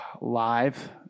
live